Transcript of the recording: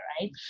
Right